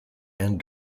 and